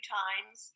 times